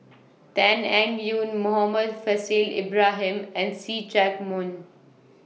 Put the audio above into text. Tan Eng Yoon Muhammad Faishal Ibrahim and See Chak Mun